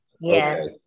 Yes